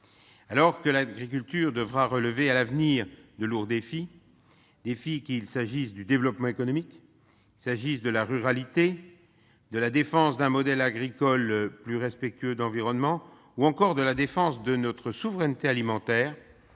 Alors que l'agriculture devra relever à l'avenir de lourds défis, qu'il s'agisse du développement économique, de la ruralité, de la défense d'un modèle agricole plus respectueux de l'environnement ou encore de la défense de notre souveraineté alimentaire,